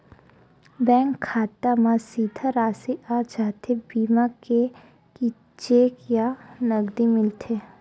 Bank खाता मा सीधा राशि आ जाथे बीमा के कि चेक या नकदी मिलथे?